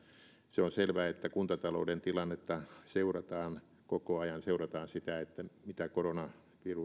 se on selvää että kuntatalouden tilannetta seurataan koko ajan seurataan sitä miten koronavirus